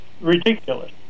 ridiculous